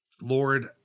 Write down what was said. Lord